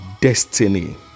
destiny